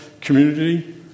Community